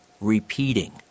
repeating